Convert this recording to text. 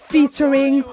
Featuring